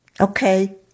Okay